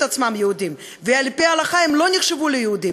עצמם יהודים ועל-פי ההלכה הם לא נחשבו יהודים,